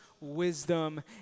wisdom